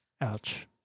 Ouch